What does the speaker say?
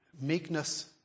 meekness